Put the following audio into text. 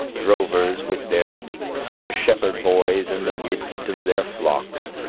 drovers with their sticks, and shepherd boys in the midst of their flocks,